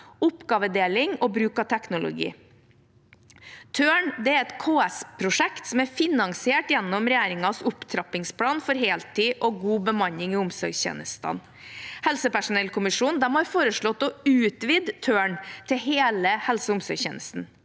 oppgavedeling og bruk av teknologi. Tørn er et KS-prosjekt som er finansiert gjennom regjeringens opptrappingsplan for heltid og god bemanning i omsorgstjenesten. Helsepersonellkommisjonen har foreslått å utvide Tørn til hele helseog omsorgstjenesten.